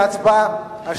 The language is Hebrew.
זה הוסר מסדר-היום.